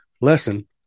lesson